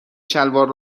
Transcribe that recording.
شلوار